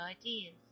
ideas